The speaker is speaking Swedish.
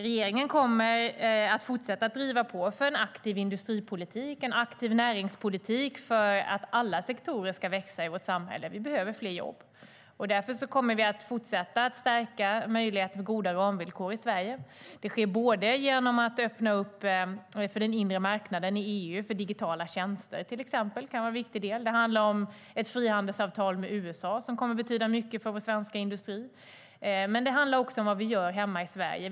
Regeringen kommer att fortsätta att driva på för en aktiv industripolitik och en aktiv näringspolitik för att alla sektorer ska växa i vårt samhälle. Vi behöver fler jobb, och därför kommer vi att fortsätta att stärka möjligheterna för goda ramvillkor i Sverige. Det sker genom att man öppnar den inre marknaden i EU för digitala tjänster, det handlar om ett frihandelsavtal med USA som kommer att betyda mycket för vår svenska industri och det handlar också om vad vi gör hemma i Sverige.